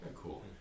Cool